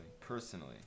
Personally